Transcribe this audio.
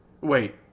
Wait